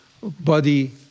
body